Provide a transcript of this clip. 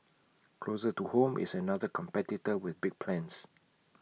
closer to home is another competitor with big plans